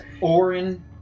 Orin